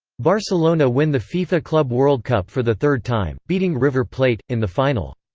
barcelona win the fifa club world cup for the third time, beating river plate, in the final.